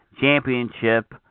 Championship